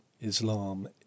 Islam